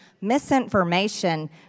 misinformation